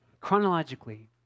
Chronologically